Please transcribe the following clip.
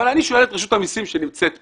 אבל אני שואל את רשות המסים שנמצאת כאן,